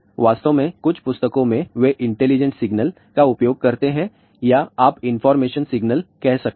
वास्तव में कुछ पुस्तकों में वे इंटेलिजेंट सिग्नल का उपयोग करते हैं या आप इंफॉर्मेशन सिग्नल कह सकते हैं